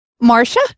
Marcia